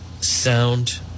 sound